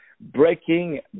Breaking